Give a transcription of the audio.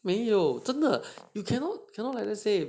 没有真的 you cannot like that say